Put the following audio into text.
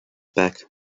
back